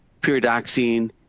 pyridoxine